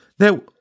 Now